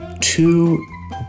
two